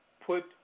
Put